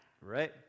right